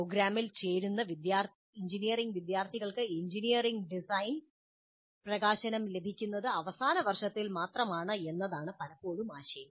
പ്രോഗ്രാമിൽ ചേരുന്ന എഞ്ചിനീയറിംഗ് വിദ്യാർത്ഥികൾക്ക് എഞ്ചിനീയറിംഗ് ഡിസൈനിന് പ്രകാശനം ലഭിക്കുന്നത് അവസാന വർഷത്തിൽ മാത്രമാണ് എന്നതാണ് പലപ്പോഴും ആശയം